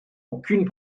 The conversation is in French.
aucune